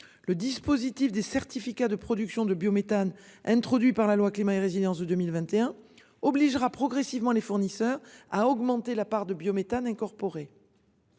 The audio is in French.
le dispositif des certificats de production de biométhane introduit par la loi climat et résilience de 2021 obligera progressivement les fournisseurs à augmenter la part de biométhane incorporé.